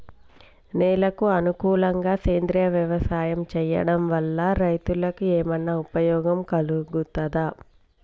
నేలకు అనుకూలంగా సేంద్రీయ వ్యవసాయం చేయడం వల్ల రైతులకు ఏమన్నా ఉపయోగం కలుగుతదా?